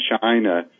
China